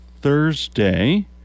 Thursday